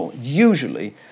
Usually